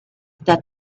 that